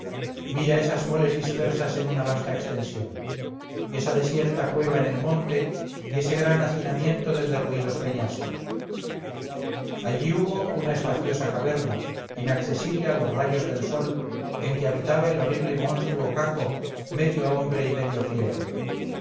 mira esas moles dispersas en una vasta extensión esa desierta cueva en el monte y ese gran hacinamiento de derruidos peñascos allí hubo una espaciosa caverna inaccesible a los rayos del sol en que habitaba el horrible monstruo caco medio hombre y medio fiera